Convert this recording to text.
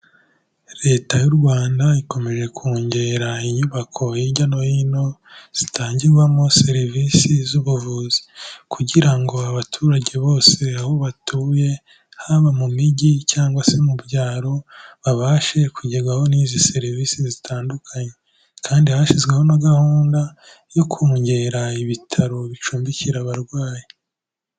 Leta y'u Rwanda ikomeje kongera inyubako hirya no hino, zitangirwamo serivisi z'ubuvuzi kugira ngo abaturage bose aho batuye haba mu mijyi cyangwa se mu byaro, babashe kugerwaho n'izi serivisi zitandukanye kandi hashyizweho na gahunda yo kongera ibitaro bicumbikira abarwayi